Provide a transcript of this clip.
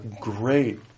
great